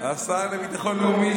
השר לביטחון לאומי,